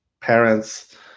parents